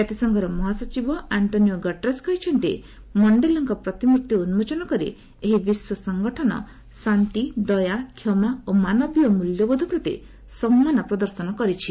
ଜାତିସଂଘର ମହାସଚିବ Antonio Guterres କହିଛନ୍ତି ଯେ ମଣ୍ଡେଲାଙ୍କ ପ୍ରତିମୂର୍ତ୍ତି ଉନ୍କୋଚନ କରି ଏହି ବିଶ୍ୱ ସଂଗଠନ ଶାନ୍ତି ଦୟା କ୍ଷମା ଓ ମାନବୀୟ ମୂଲ୍ୟବୋଧ ପ୍ରତି ସମ୍ମାନ ପ୍ରଦର୍ଶନ କରିଛି